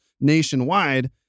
nationwide